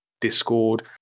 Discord